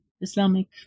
Islamic